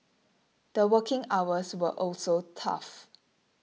the working hours were also tough